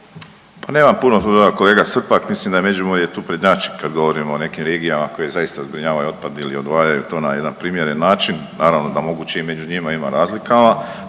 Pa nemam puno tu dodat, kolega Srpak mislim da Međimurje tu prednjači kad govorimo o nekim regijama koje zaista zbrinjavaju otpad ili odvajaju to na jedan primjeren način, naravno da moguće i među njima ima razlikama,